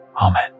Amen